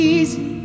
Easy